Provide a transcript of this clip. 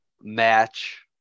match